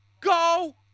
go